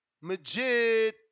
Majid